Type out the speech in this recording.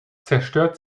zerstört